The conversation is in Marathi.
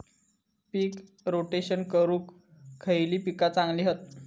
पीक रोटेशन करूक खयली पीका चांगली हत?